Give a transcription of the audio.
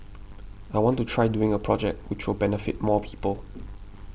I want to try doing a project which will benefit more people